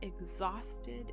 exhausted